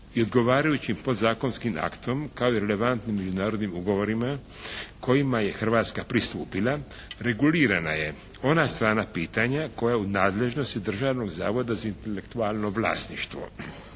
odgovarajućim podzakonskim aktom kao relevantnim narodnim ugovorima kojima je Hrvatska pristupila regulirana je ona sama pitanja koja u nadležnosti Državnog zavoda za intelektualno vlasništvo.